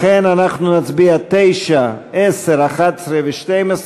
לכן, אנחנו נצביע על 9, 10, 11, 12,